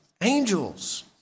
angels